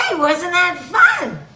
wasn't that fun?